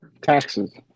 Taxes